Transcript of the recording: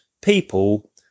people